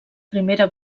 primera